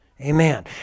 Amen